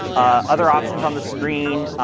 other options on the screen,